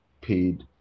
paid